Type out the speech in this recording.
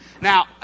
Now